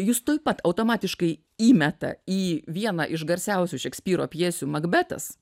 jus tuoj pat automatiškai įmeta į vieną iš garsiausių šekspyro pjesių makbetas